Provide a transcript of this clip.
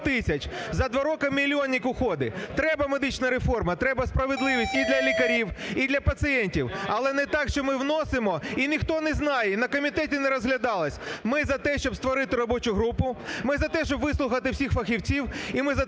за 2 роки мільйонник уходить. Треба медична реформа, треба справедливість і для лікарів, і для пацієнтів, але не так, що ми вносимо – і ніхто не знає, і на комітеті не розглядалось. Ми за те, щоб створити робочу групу, ми за те, щоб вислухати всіх фахівців. І ми за те, щоб